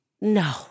No